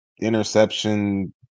interception